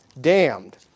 damned